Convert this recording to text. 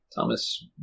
Thomas